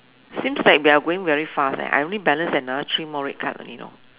seems like we're going very fast eh I only balance another three more red cards only you know